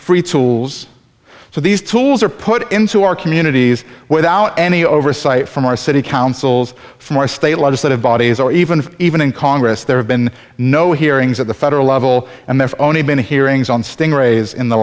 free tools so these tools are put into our communities without any oversight from our city councils from our state legislative bodies or even even in congress there have been no hearings at the federal level and there's only been hearings on sting rays in the